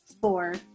four